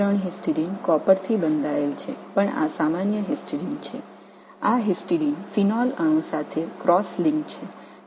நான் காப்பருடன் பிணைக்கப்பட்டுள்ளது என்று கூறுவேன் ஆனால் இவை சாதாரண ஹிஸ்டிடின் இந்த ஹிஸ்டிடின் ஒரு பீனால் மொயட்டியுடன் குறுக்கு இணைப்பில் உள்ளது